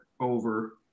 over